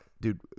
Dude